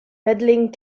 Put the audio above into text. medaling